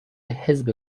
حزب